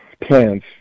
plans